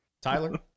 tyler